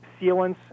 sealants